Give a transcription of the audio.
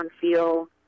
feel